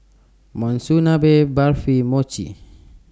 Monsunabe Barfi Mochi